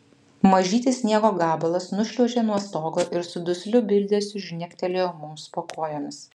mažytis sniego gabalas nušliuožė nuo stogo ir su dusliu bildesiu žnektelėjo mums po kojomis